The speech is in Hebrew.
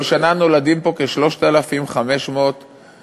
כל שנה נולדים פה כ-3,500 תינוקות.